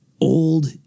old